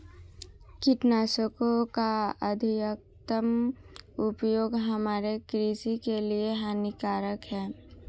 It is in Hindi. कीटनाशकों का अत्यधिक उपयोग हमारे कृषि के लिए हानिकारक है